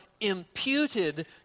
imputed